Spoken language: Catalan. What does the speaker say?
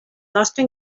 nostre